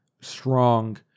strong